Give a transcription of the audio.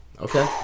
Okay